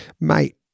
Mate